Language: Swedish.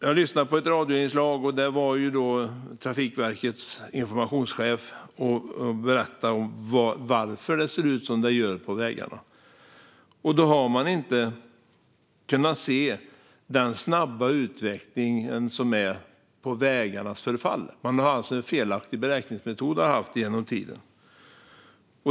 Jag lyssnade på ett radioinslag med Trafikverkets informationschef, som berättade varför det ser ut som det gör på vägarna: Man har inte kunnat se den snabba utvecklingen när det gäller vägarnas förfall. Alltså har man haft en felaktig beräkningsmetod över tid.